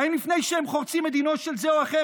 האם לפני שהם חורצים את דינו של זה או אחר